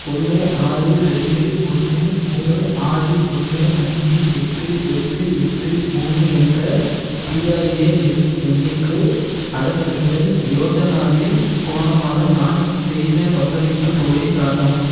ஒன்று ஆறு ரெண்டு ஒன்று மூணு ஆறு ஒன்று அஞ்சு எட்டு எட்டு எட்டு மூணு என்ற பிஆர்ஏஎன் எண்ணுக்கு அடல் பென்ஷன் யோஜனாவில் போன மாதம் நான் செய்த பங்களிப்புத் தொகையைக் காட்டவும்